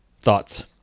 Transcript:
Thoughts